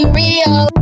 real